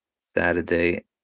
Saturday